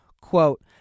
Quote